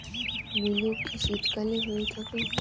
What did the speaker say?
মূলো কি শীতকালে হয়ে থাকে?